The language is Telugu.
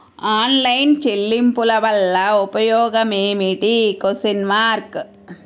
ఆన్లైన్ చెల్లింపుల వల్ల ఉపయోగమేమిటీ?